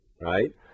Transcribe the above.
Right